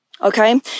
Okay